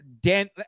Dan